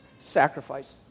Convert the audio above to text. sacrifice